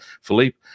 Philippe